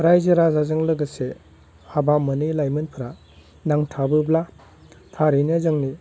रायजो राजाजों लोगोसे हाबा मोनै लाइमोनफोरा नांथाबोब्ला थारैनो जोंनि